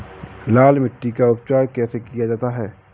लाल मिट्टी का उपचार कैसे किया जाता है?